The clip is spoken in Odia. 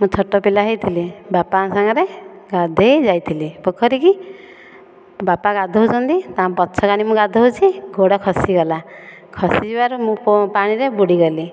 ମୁଁ ଛୋଟପିଲା ହୋଇଥିଲି ବାପାଙ୍କ ସାଙ୍ଗରେ ଗାଧୋଇ ଯାଇଥିଲି ପୋଖରିକି ବାପା ଗାଧୋଉଛନ୍ତି ତାଙ୍କ ପଛ କାନି ମୁଁ ଗାଧୋଉଛି ଗୋଡ଼ ଖସିଗଲା ଖସିଯିବାରୁ ମୁଁ ପାଣିରେ ବୁଡ଼ିଗଲି